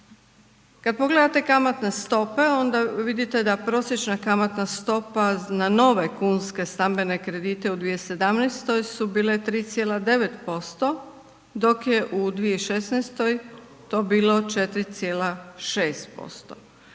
Kad pogledate kamatne stope, onda vidite da prosječna kamatna stopa na nove kunske, stambene kredite u 2017. su bile 3,9% dok je u 2016. to bilo 4,6%.